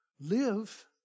live